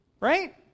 right